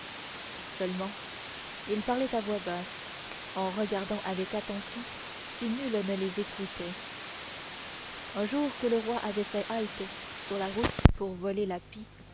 seulement ils parlaient à voix basse en regardant avec attention si nul ne les écoutait un jour que le roi avait fait halte sur la route pour voler la pie